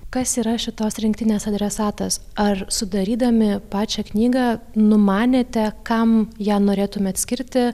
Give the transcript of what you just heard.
kas yra šitos rinktinės adresatas ar sudarydami pačią knygą numanėte kam ją norėtumėt atskirti